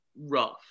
rough